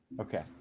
Okay